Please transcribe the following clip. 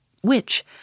which